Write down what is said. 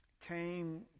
came